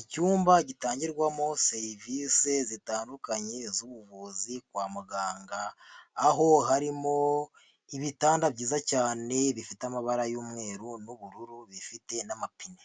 Icyumba gitangirwamo serivisi zitandukanye z'ubuvuzi kwa muganga. Aho harimo ibitanda byiza cyane bifite amabara y'umweru n'ubururu, bifite n'amapine.